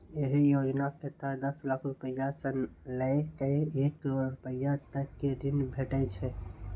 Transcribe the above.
एहि योजना के तहत दस लाख रुपैया सं लए कए एक करोड़ रुपैया तक के ऋण भेटै छै